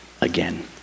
again